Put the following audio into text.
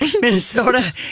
Minnesota